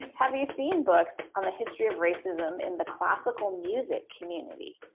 have you seen books on the history of racism in the classical music community?